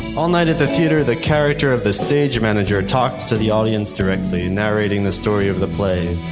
all night at the theater, the character of the stage manager talked to the audience directly and narrating the story of the play,